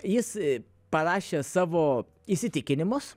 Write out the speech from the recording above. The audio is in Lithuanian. jis parašė savo įsitikinimus